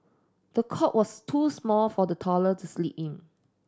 the cot was too small for the toddlered the sleep in